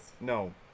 No